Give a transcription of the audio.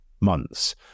months